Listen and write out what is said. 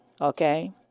okay